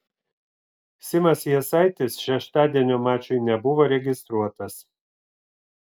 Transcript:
simas jasaitis šeštadienio mačui nebuvo registruotas